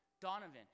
Donovan